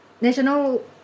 national